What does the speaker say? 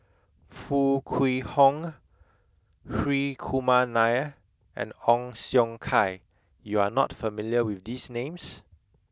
Foo Kwee Horng Hri Kumar Nair and Ong Siong Kai you are not familiar with these names